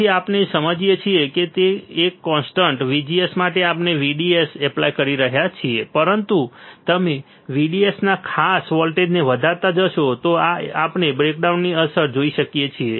તેથી આપણે જે સમજીએ છીએ તે એ છે કે કોન્સ્ટન્ટ VGS માટે આપણે VDS એપ્લાય કરી શકીએ છીએ પરંતુ તમે VDS ના ખાસ વોલ્ટેજને વધારતા જશો તો આપણે બ્રેકડાઉનની અસર જોઈ શકીએ છીએ